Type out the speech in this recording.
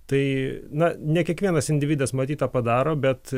tai na ne kiekvienas individas matyt tą padaro bet